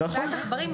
יש לי בעיית עכברים,